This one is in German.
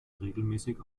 regelmäßig